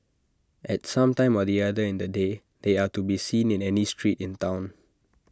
at some time or the other in the day they are to be seen in any street in Town